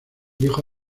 dijo